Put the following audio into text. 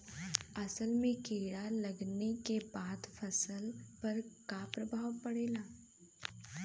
असल में कीड़ा लगने के बाद फसल पर क्या प्रभाव पड़ेगा?